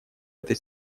этой